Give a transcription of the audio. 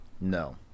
no